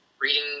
reading